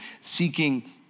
seeking